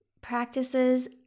practices